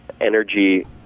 energy